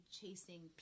chasing